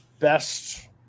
Best